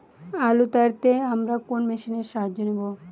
আলু তাড়তে আমরা কোন মেশিনের সাহায্য নেব?